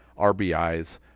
RBIs